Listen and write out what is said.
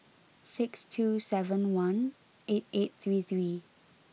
six two seven one eight eight three three